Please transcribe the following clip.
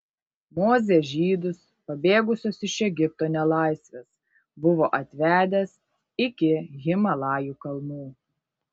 mozė žydus pabėgusius iš egipto nelaisvės buvo atvedęs iki himalajų kalnų